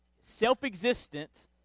self-existent